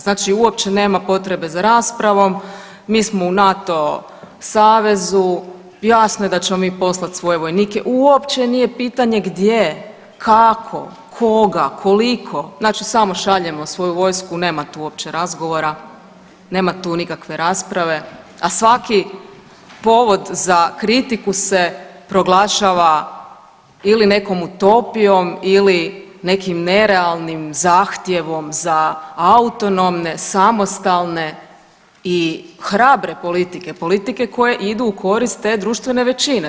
Znači uopće nema potrebe za raspravom, mi smo u NATO savezu, jasno je da ćemo mi poslati svoje vojnike, uopće nije pitanje gdje, kako, koga, koliko znači samo šaljemo svoju vojsku, nema tu uopće razgovora, nema tu nikakve rasprave, a svaki povod za kritiku se proglašava ili nekom utopijom ili nekim nerealnim zahtjevom za autonomne, samostalne i hrabre politike, politike koje idu u korist te društvene većine.